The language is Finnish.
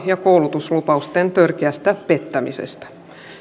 ja koulutuslupausten törkeästä pettämisestä